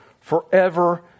forever